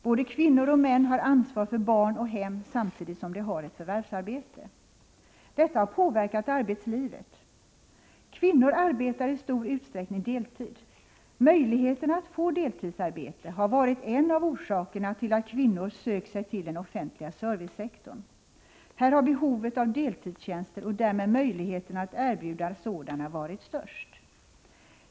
Både kvinnor och män har ansvar för barn och hem samtidigt som de har ett förvärvsarbete. Detta har påverkat arbetslivet. Kvinnor arbetar i stor utsträckning deltid. Möjligheterna att få deltidsarbete har varit en av orsakerna till att kvinnor sökt sig till den offentliga servicesektorn. Här har behovet av deltidstjänster och därmed möjligheterna att erbjuda sådana varit störst.